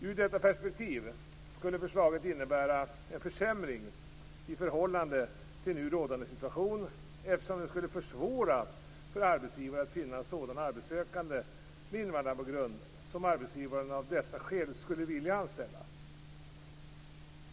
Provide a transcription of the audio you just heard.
I detta perspektiv skulle förslaget innebära en försämring i förhållande till nu rådande situation, eftersom det skulle försvåra för arbetsgivare att finna en sådan arbetssökande med invandrarbakgrund som arbetsgivaren av dessa skäl skulle vilja anställa.